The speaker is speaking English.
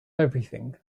everything